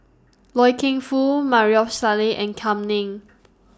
Loy Keng Foo Maarof Salleh and Kam Ning